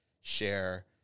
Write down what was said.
share